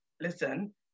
listen